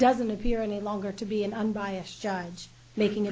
doesn't appear any longer to be an unbiased judge making